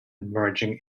emerging